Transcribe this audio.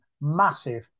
massive